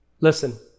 listen